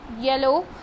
yellow